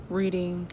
reading